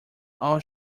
all